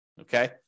Okay